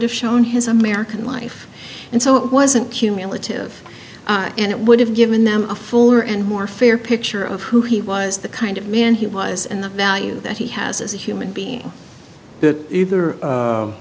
have shown his american life and so it wasn't cumulative and it would have given them a fuller and more fair picture of who he was the kind of man he was and the value that he has as a human being that either